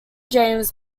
james